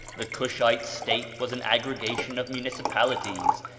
the cushite state was an aggregation of municipalities,